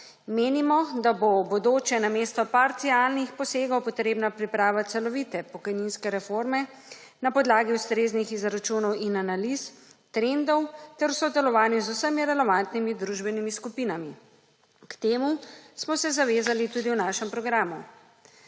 Menimo, da bo v bodoče namesto parcialnih posegov potrebna priprava celovite pokojninske reforme na podlagi ustreznih izračunov in analiz, trendov ter v sodelovanju z vsemi relevantnimi družbenimi skupinami. K temu smo se zavezali tudi v našem programu.